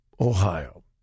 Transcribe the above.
Ohio